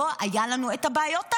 לא היו לנו את הבעיות האלה.